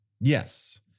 Yes